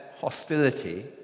hostility